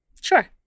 Sure